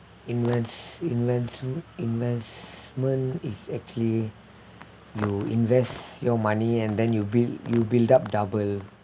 invest investm~ investment is actually you invest your money and then you build you build up double